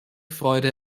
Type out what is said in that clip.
freude